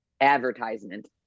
advertisement